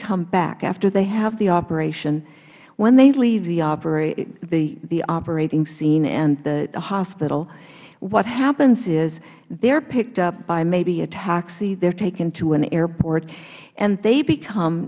come back after they have the operation when they leave the operating scene and the hospital what happens is they are picked up by maybe a taxi they are taken to an airport and they become